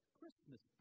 Christmas